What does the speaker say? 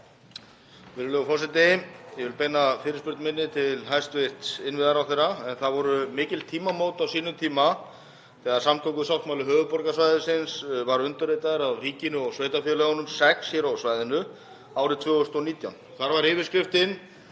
Virðulegur forseti. Ég vil beina fyrirspurn minni til hæstv. innviðaráðherra. Það voru mikil tímamót á sínum tíma þegar samgöngusáttmáli höfuðborgarsvæðisins var undirritaður af ríkinu og sveitarfélögunum sex hér á svæðinu árið 2019. Þar var yfirskriftin